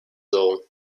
all